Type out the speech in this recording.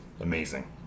amazing